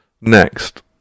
Next